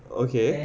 okay